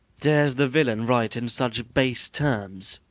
dares the villain write in such base terms?